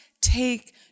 take